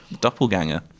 doppelganger